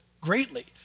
greatly